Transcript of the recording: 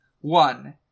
one